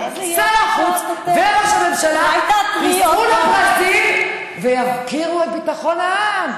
שר החוץ וראש הממשלה ייסעו לברזיל ויפקירו את ביטחון העם.